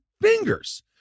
fingers